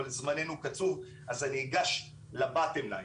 אבל זמננו קצוב אז אני אגש לשורה התחתונה.